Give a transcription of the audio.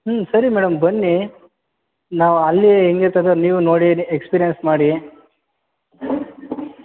ಹ್ಞೂ ಸರಿ ಮೇಡಮ್ ಬನ್ನಿ ನಾವು ಅಲ್ಲಿ ಹೆಂಗಿರ್ತದೆ ನೀವೂ ನೋಡಿ ಎಕ್ಸ್ಪೀರಿಯನ್ಸ್ ಮಾಡಿ